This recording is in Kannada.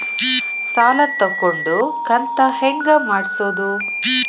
ಸಾಲ ತಗೊಂಡು ಕಂತ ಹೆಂಗ್ ಮಾಡ್ಸೋದು?